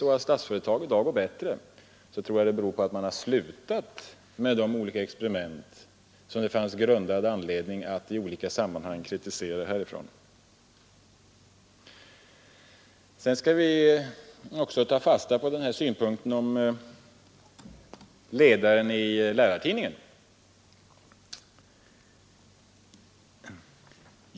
Om Statsföretag AB i dag går bättre, tror jag att det beror på att man har slutat med de olika experiment som det fanns grundad anledning att i olika sammanhang kritisera i riksdagen. Vi skall vidare ta fasta på statsrådets synpunkt på ledaren i Lärartidningen.